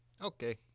Okay